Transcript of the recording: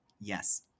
Yes